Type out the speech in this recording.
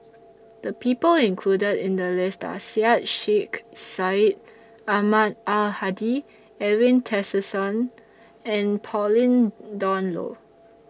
The People included in The list Are Syed Sheikh Syed Ahmad Al Hadi Edwin Tessensohn and Pauline Dawn Loh